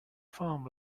farm